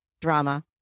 drama